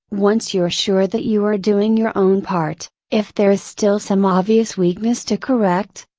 once you are sure that you are doing your own part, if there is still some obvious weakness to correct,